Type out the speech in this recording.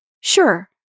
Sure